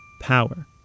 Power